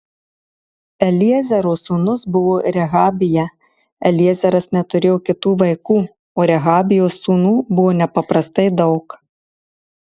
eliezero sūnus buvo rehabija eliezeras neturėjo kitų vaikų o rehabijos sūnų buvo nepaprastai daug